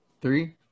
Three